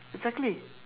exactly